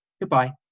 goodbye